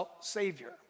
Savior